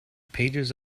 pages